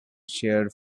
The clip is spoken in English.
shear